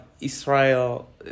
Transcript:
Israel